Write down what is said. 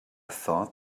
thought